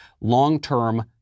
Long-term